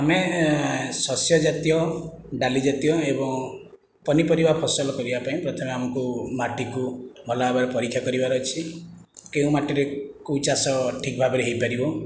ଆମେ ଶସ୍ୟ ଜାତୀୟ ଡାଲି ଜାତୀୟ ଏବଂ ପନିପରିବା ଫସଲ କରିବା ପାଇଁ ପ୍ରଥମେ ଆମକୁ ମାଟିକୁ ଭଲ ଭାବରେ ପରୀକ୍ଷା କରିବାର ଅଛି କେଉଁ ମାଟିରେ କେଉଁ ଚାଷ ଠିକ ଭାବରେ ହୋଇପାରିବ